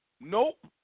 nope